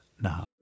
now